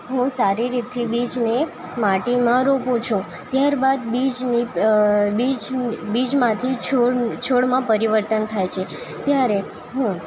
હું સારી રીતથી બીજને માટીમાં રોપું છું ત્યાર બાદ બીજની બીજને બીજ બીજમાંથી છોડ છોડમાં પરિવર્તન થાય છે ત્યારે હું